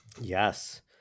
Yes